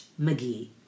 McGee